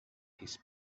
his